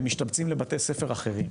הם משתבצים לבתי-ספר אחרים.